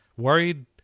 Worried